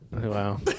Wow